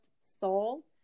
Soul